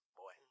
boy